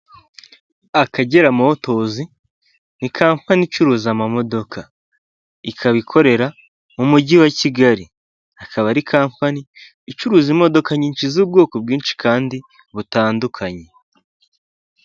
Akagera motozi ni kampani icuruza ama modoka ikaba ikorera mu mujyi wa Kigali, akaba ari kampani icuruza imodoka nyinshi z'ubwoko bwinshi kandi butandukanye.